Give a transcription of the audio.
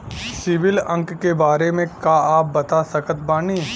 CIBIL अंक के बारे मे का आप बता सकत बानी?